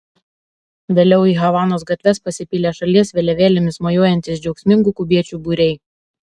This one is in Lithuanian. vėliau į havanos gatves pasipylė šalies vėliavėlėmis mojuojantys džiaugsmingų kubiečių būriai